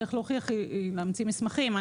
הדרך להוכיח היא להמציא מסמכים.